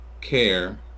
Care